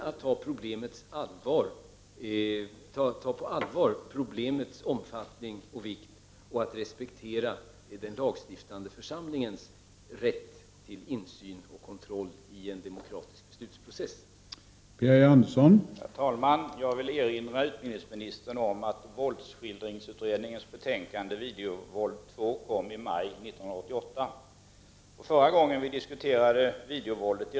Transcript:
Detta är både att ta på allvar problemets omfattning och vikt och att respektera den lagstiftande församlingens rätt till insyn och kontroll i en demokratisk beslutsprocess.